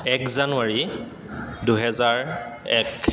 এক জানুৱাৰী দুহেজাৰ এক